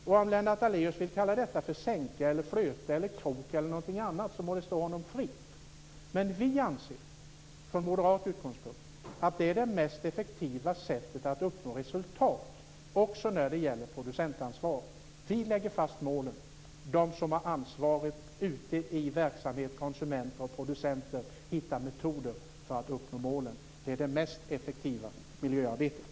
Om Lennart Daléus vill kalla det för sänke, flöte eller krok må det stå honom fritt, men vi anser från moderata utgångspunkter att det mest effektiva sättet att uppnå resultat också när det gäller producentansvar är att vi lägger fast målen och de som har ansvaret ute i verksamheten, producenter och konsumenter, hittar metoder för att nå målen. Det är det mest effektiva miljöarbetet.